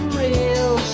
real